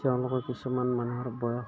তেওঁলোকৰ কিছুমান মানুহৰ বয়স